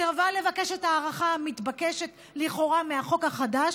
סירבה לבקש את ההארכה המתבקשת לכאורה מהחוק החדש,